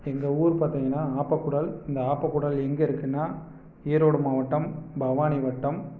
எங்கள் ஊர் பார்த்திங்கன்னா ஆப்பக்கூடல் இந்த ஆப்பக்கூடல் எங்கே இருக்குன்னா ஈரோடு மாவட்டம் பவானி வட்டம்